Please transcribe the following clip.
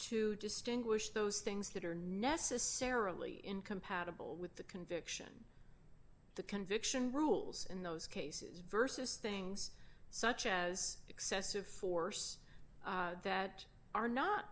to distinguish those things that are necessarily incompatible with the conviction the conviction rules in those cases versus things such as excessive force that are not